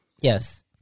Yes